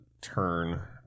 turn